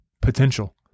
potential